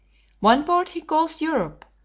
one part he calls europe,